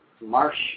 Marsh